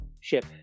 ship